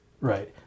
Right